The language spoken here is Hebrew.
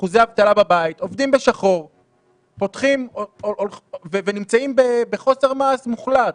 עובדים בשחור ונמצאים בחוסר מעש מוחלט.